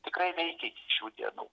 tikrai veikia iki šių dienų